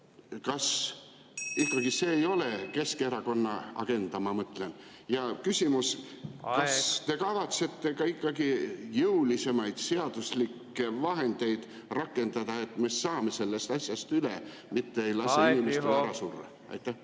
Kas see ei ole ikkagi Keskerakonna agenda, ma mõtlen? Ja küsimus ... Aeg! ... kas te kavatsete ikkagi jõulisemaid seaduslikke vahendeid rakendada, et me saaksime sellest asjast üle, mitte ei lase inimestel ära surra? ...